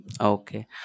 okay